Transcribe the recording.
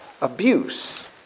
abuse